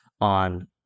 on